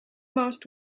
most